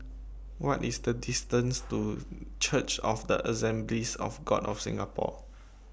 What IS The distance to Church of The Assemblies of God of Singapore